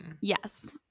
yes